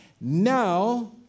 Now